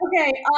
Okay